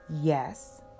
yes